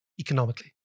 economically